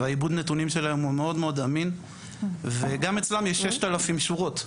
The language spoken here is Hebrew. העיבוד נתונים שלהם הוא מאוד מאוד אמין וגם אצלם יש 6,000 שורות,